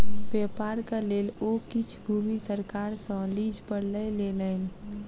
व्यापारक लेल ओ किछ भूमि सरकार सॅ लीज पर लय लेलैन